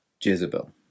Jezebel